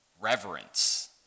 reverence